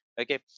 Okay